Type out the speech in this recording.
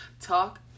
talk